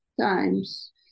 times